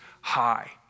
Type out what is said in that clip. high